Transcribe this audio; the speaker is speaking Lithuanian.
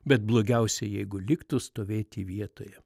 bet blogiausia jeigu liktų stovėti vietoje